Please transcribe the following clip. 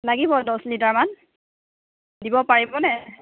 লাগিব দছ লিটাৰমান দিব পাৰিব নে